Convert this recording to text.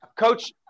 Coach